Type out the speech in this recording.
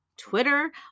Twitter